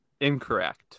incorrect